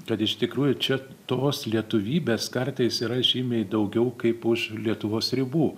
kad iš tikrųjų čia tos lietuvybės kartais yra žymiai daugiau kaip už lietuvos ribų